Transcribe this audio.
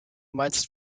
meinst